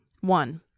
One